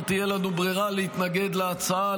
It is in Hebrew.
לא תהיה לנו ברירה להתנגד להצעה,